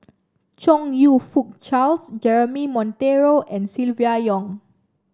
Chong You Fook Charles Jeremy Monteiro and Silvia Yong